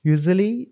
Usually